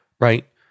right